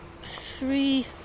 three